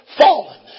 fallen